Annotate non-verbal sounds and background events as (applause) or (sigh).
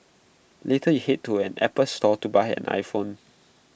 later you Head to an Apple store to buy an iPhone (noise)